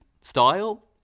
style